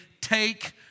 take